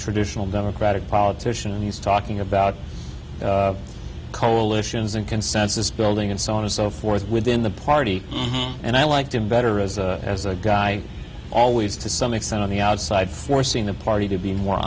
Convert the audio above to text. traditional democratic politician and he's talking about coalitions and consensus building and so on and so forth within the party and i liked him better as a as a guy always to some extent on the outside forcing the party to be more